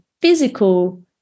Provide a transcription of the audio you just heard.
physical